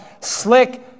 slick